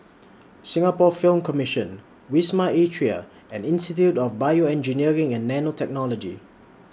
Singapore Film Commission Wisma Atria and Institute of Bioengineering and Nanotechnology